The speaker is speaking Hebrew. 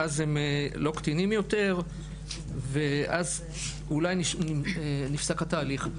שאז הם לא קטינים יותר ואז אולי נפסק התהליך.